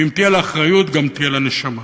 ואם תהיה לה אחריות גם תהיה לה נשמה.